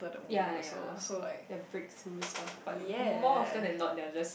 ya ya their break through stuff but more often than not they're just